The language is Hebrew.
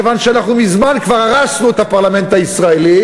מכיוון שמזמן כבר הרסנו את הפרלמנט הישראלי.